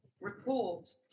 report